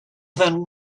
than